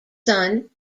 son